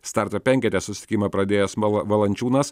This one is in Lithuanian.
starto penkete susitikimą pradėjęs valančiūnas